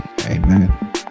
amen